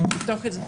נבדוק את זה.